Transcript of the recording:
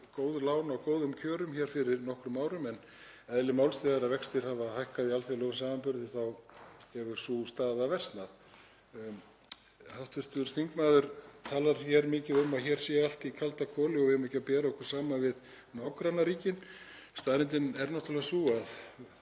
góð lán á góðum kjörum fyrir nokkrum árum en eðli málsins samkvæmt, þegar vextir hafa hækkað í alþjóðlegum samanburði, þá hefur sú staða versnað. Hv. þingmaður talar hér mikið um að hér sé allt í kaldakoli og við eigum ekki að bera okkur saman við nágrannaríkin. Staðreyndin er náttúrlega sú að